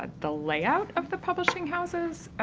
ah the layout of the publishing houses,